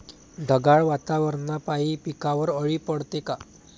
ढगाळ वातावरनापाई पिकावर अळी पडते का?